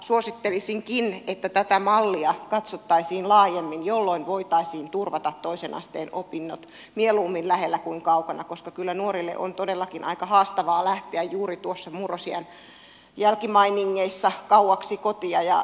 suosittelisinkin että tätä mallia katsottaisiin laajemmin jolloin voitaisiin turvata toisen asteen opinnot mieluummin lähellä kuin kaukana koska kyllä nuorille on todellakin aika haastavaa lähteä juuri murrosiän jälkimainingeissa kauaksi kotoa